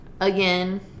again